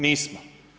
Nismo.